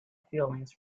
feelings